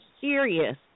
serious